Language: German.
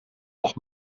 noch